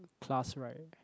class right